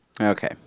Okay